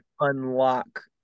unlock